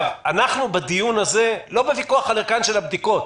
אנחנו בדיון הזה לא בוויכוח על ערכן של הבדיקות.